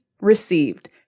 received